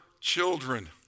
children